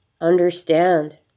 understand